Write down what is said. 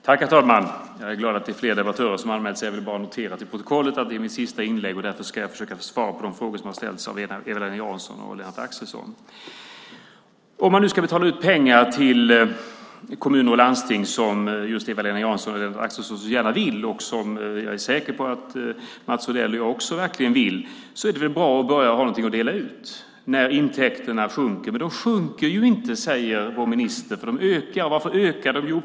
Herr talman! Jag är glad att det är fler debattörer som har anmält sig. Jag vill bara notera till protokollet att detta är mitt sista inlägg, och därför ska jag försöka svara på de frågor som har ställts av Eva-Lena Jansson och Lennart Axelsson. Om man nu ska betala ut pengar till kommuner och landsting, som Eva-Lena Jansson och Lennart Axelsson så gärna vill och som jag är säker på att Mats Odell och jag också verkligen vill, är det väl bra att börja med att ha något att dela ut när intäkterna sjunker. Men de sjunker ju inte, säger vår minister. De ökar. Varför ökar de?